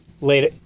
later